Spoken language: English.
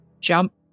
jump